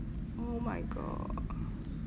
oh my god